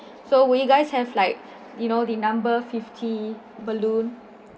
so will you guys have like you know the number fifty balloon